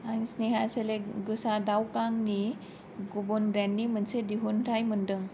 आं स्नेहा सिलेक्ट गोसा दाउ गांनि गुबुन ब्रेन्डनि मोनसे दिहुनथाइ मोनदों